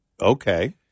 okay